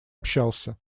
общался